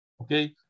Okay